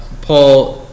Paul